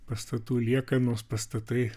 pastatų liekanos pastatai